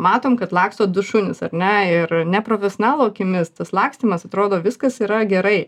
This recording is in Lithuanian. matom kad laksto du šunys ar ne ir neprofesionalo akimis tas lakstymas atrodo viskas yra gerai